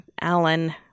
alan